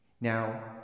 Now